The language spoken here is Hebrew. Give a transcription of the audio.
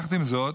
עם זאת,